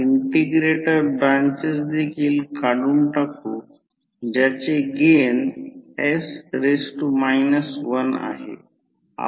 आणि मग्नेटीक सर्किटमधे फ्लक्सची दिशा हॅण्ड रूलने मिळेल मी सांगितले आहे की करंट ग्राफच्या दिशेने कॉइल आणि थंब फ्लक्सच्या दिशेला असेल